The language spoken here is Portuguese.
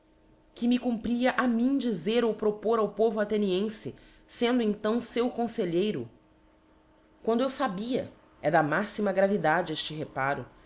que me cumpria a mim dizer ou propor ao povo athenienfe fendo então feu confelheiro quando eu fabia é da máxima gravidade efte reparo